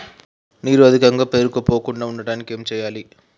నీరు అధికంగా పేరుకుపోకుండా ఉండటానికి ఏం చేయాలి?